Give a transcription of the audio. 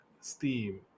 Steam